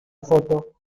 foto